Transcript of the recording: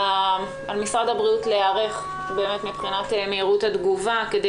על משרד הבריאות להיערך מבחינת מהירות התגובה כדי